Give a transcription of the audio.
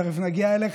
תכף נגיע אליך,